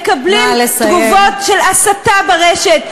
מקבלים תגובות של הסתה ברשת.